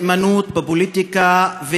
נאמנות בפוליטיקה,